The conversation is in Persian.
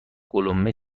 قلمه